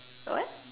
what